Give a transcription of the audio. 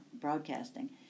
broadcasting